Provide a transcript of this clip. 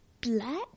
black